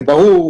ברור,